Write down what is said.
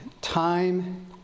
time